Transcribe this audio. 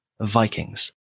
VIKINGS